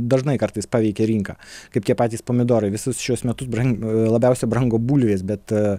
dažnai kartais paveikia rinką kaip tie patys pomidorai visus šiuos metus brang labiausiai brango bulvės bet